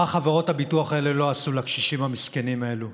מה חברות הביטוח האלה לא עשו לקשישים המסכנים האלה,